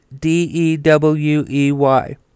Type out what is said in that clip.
D-E-W-E-Y